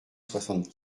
soixante